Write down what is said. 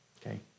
okay